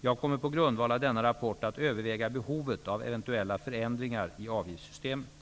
Jag kommer på grundval av denna rapport att överväga behovet av eventuella förändringar i avgiftssystemet.